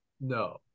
No